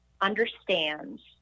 understands